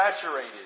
saturated